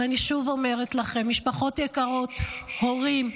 ואני שוב אומרת לכם: משפחות יקרות, הורים,